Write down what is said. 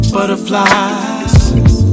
Butterflies